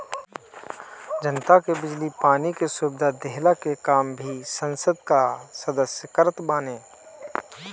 जनता के बिजली पानी के सुविधा देहला के काम भी संसद कअ सदस्य करत बाने